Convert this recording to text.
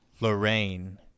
Lorraine